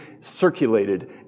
circulated